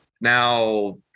Now